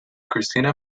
christina